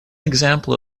example